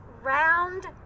round